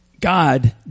God